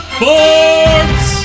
Sports